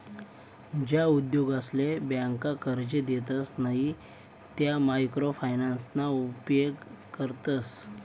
ज्या उद्योगसले ब्यांका कर्जे देतसे नयी त्या मायक्रो फायनान्सना उपेग करतस